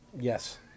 Yes